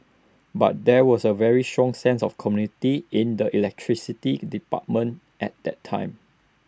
but there was A very strong sense of community in the electricity department at that time